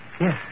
Yes